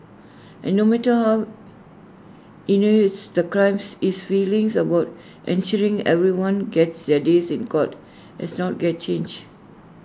and no matter how heinous the crimes his feelings about ensuring everyone gets their days in court has not get changed